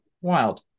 wild